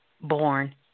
born